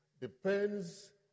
depends